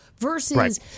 versus